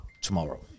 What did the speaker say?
tomorrow